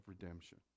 redemption